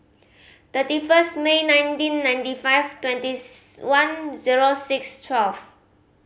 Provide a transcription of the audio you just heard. thirty first May nineteen ninety five twenty one zero six twelve